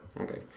Okay